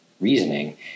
reasoning